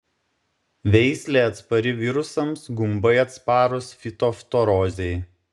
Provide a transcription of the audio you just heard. veislė atspari virusams gumbai atsparūs fitoftorozei